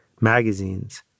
magazines